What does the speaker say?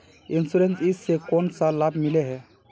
Insurance इस से कोन सा लाभ मिले है?